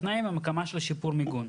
התנאים הם הקמה של שיפור מיגון.